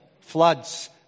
Floods